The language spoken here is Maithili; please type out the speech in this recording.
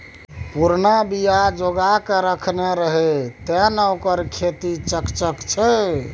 पुरना बीया जोगाकए रखने रहय तें न ओकर खेती चकचक छै